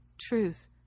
truth